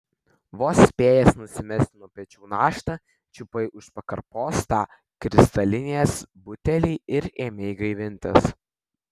vos spėjęs nusimesti nuo pečių naštą čiupai už pakarpos tą kristalinės butelį ir ėmei gaivintis